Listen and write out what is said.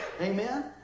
Amen